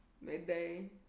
midday